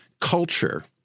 culture